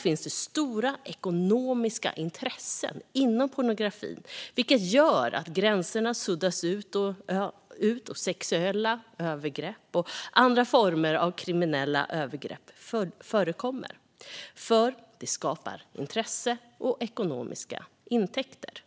finns det stora ekonomiska intressen inom pornografin, vilket gör att gränserna suddas ut och sexuella övergrepp och andra former av kriminella övergrepp förekommer för att det skapar intresse och intäkter.